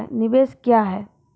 निवेश क्या है?